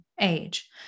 age